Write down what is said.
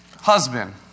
husband